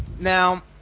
now